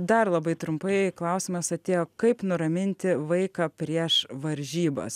dar labai trumpai klausimas atėjo kaip nuraminti vaiką prieš varžybas